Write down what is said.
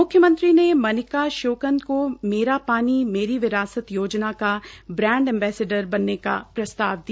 म्ख्यमंत्री ने मनिका श्योकंद को मेरा पानी मेरी विरासत योजना ब्राण्ड अम्बेसडर बनने का प्रस्ताव दिया